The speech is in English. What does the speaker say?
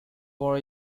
for